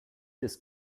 ist